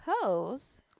Pose